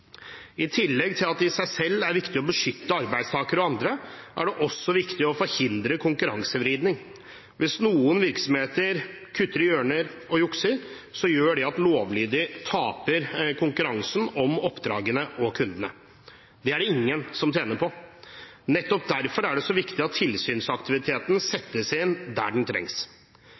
I tillegg til at det i seg selv er viktig å beskytte arbeidstakere og andre, er det også viktig å forhindre konkurransevridning. Hvis noen virksomheter kutter hjørner og jukser, gjør det at lovlydige taper konkurransen om oppdragene og kundene. Det er det ingen som tjener på. Nettopp derfor er det så viktig at tilsynsaktiviteten settes inn der den trengs.